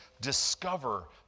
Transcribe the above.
discover